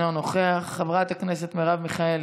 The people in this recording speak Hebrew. אינו נוכח, חברת הכנסת מרב מיכאלי,